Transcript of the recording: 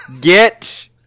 get